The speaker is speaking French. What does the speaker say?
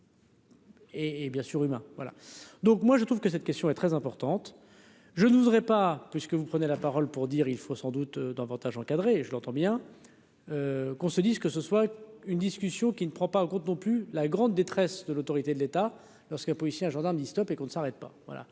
et, bien sûr, humains, voilà donc moi je trouve que cette question est très importante, je ne voudrais pas puisque vous prenez la parole pour dire il faut sans doute davantage encadrée, je l'entends bien qu'on se dise que ce soit une discussion qui ne prend pas en compte non plus la grande détresse de l'autorité de l'État, lorsqu'un policier, un gendarme dit Stop et qu'on ne s'arrête pas,